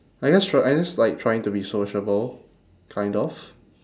I guess tr~ I guess like trying to be sociable kind of